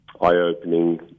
eye-opening